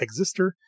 exister